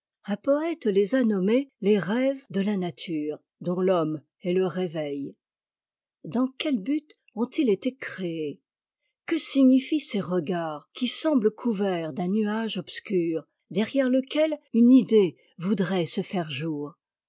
un poëte les a nommés les rêves de la me o'e dont faomme est le réveil dans quel but ont-ils été créés que signifient ces regards qui semblent couverts d'un nuage obscur derrière lequel une idée voudrait se faire jour